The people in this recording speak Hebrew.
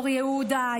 אור יהודה,